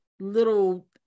little